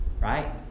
right